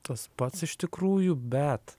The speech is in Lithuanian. tas pats iš tikrųjų bet